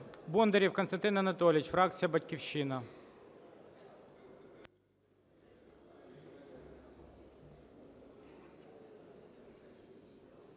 Бондарєв Костянтин Анатолійович, фракція "Батьківщина".